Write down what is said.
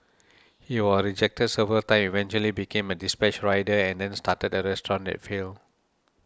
he was rejected several times eventually became a dispatch rider and then started a restaurant that failed